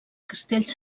castells